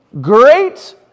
great